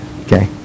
Okay